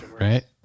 right